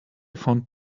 fond